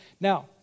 Now